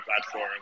platform